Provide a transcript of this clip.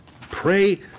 pray